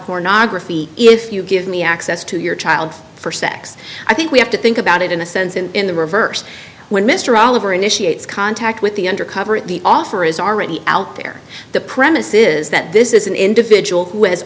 pornography if you give me access to your child for sex i think we have to think about it in a sense and in the reverse when mr oliver initiates contact with the under cover of the offer is already out there the premise is that this is an individual w